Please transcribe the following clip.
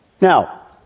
Now